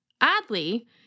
Oddly